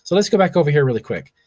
so let's get back over here really quick.